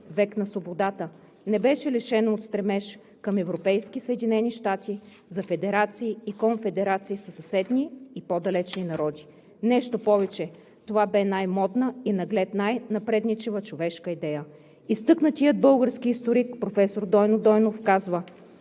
„век на свободата“, не беше лишено от стремеж към Европейски съединени щати, за федерации и конфедерации със съседни и по-далечни народи. Нещо повече – това бе най-модна и наглед най-напредничава човешка идея. Изтъкнатият български историк професор Дойно Дойнов казва,